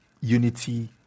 unity